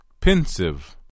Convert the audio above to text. pensive